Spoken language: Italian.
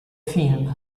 film